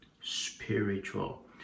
spiritual